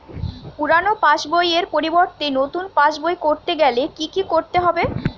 পুরানো পাশবইয়ের পরিবর্তে নতুন পাশবই ক রতে গেলে কি কি করতে হবে?